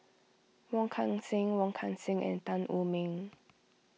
Wong Kan Seng Wong Kan Seng and Tan Wu Meng